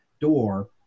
door